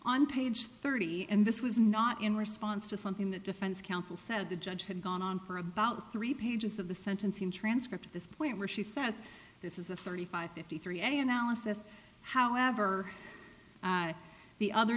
on page thirty and this was not in response to something the defense counsel said the judge had gone on for about three pages of the fenton transcript at this point where she said this is a thirty five fifty three any analysis however the other